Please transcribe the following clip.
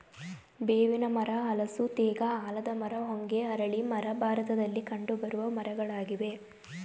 ಬೇವಿನ ಮರ, ಹಲಸು, ತೇಗ, ಆಲದ ಮರ, ಹೊಂಗೆ, ಅರಳಿ ಮರ ಭಾರತದಲ್ಲಿ ಕಂಡುಬರುವ ಮರಗಳಾಗಿವೆ